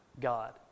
God